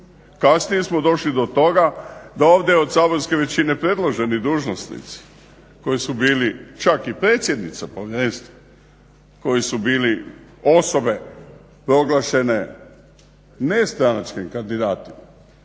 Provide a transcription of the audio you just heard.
Kasnije smo došli do toga da ovdje od saborske većine predloženi dužnosnici koji su bili čak i predsjednica povjerenstva koje su bile osobe proglašene ne stranačkim kandidatima.